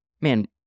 man